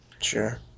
Sure